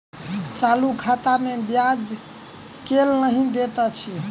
चालू खाता मे ब्याज केल नहि दैत अछि